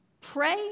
Pray